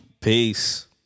Peace